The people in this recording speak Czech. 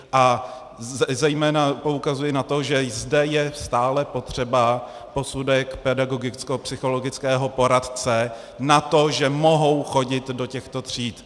A zejména to ukazuje na to, že zde je stále potřeba posudek pedagogickopsychologického poradce na to, že mohou chodit do těchto tříd.